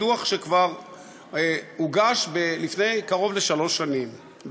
דוח שכבר הוגש לפני קרוב לשלוש שנים,